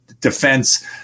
defense